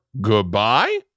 goodbye